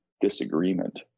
disagreement